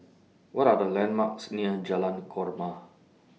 What Are The landmarks near Jalan Korma